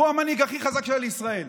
והוא המנהיג הכי חזק שהיה לישראל.